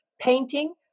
painting